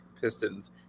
Pistons